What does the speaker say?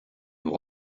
nous